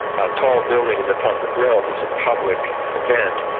ah tall building in the public realm is a public event,